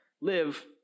live